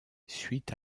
suite